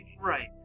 Right